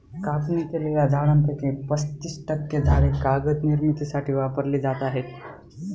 कापणी केलेल्या झाडांपैकी पस्तीस टक्के झाडे कागद निर्मितीसाठी वापरली जात आहेत